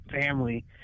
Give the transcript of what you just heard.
family